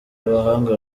abahanga